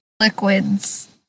liquids